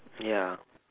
ya